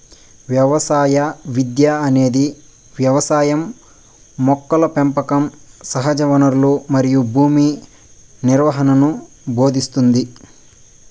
వ్యవసాయ విద్య అనేది వ్యవసాయం మొక్కల పెంపకం సహజవనరులు మరియు భూమి నిర్వహణను భోదింస్తుంది